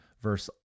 verse